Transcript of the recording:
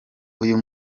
uyu